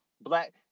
black